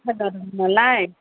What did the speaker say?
थेखा जादोंमोन नालाय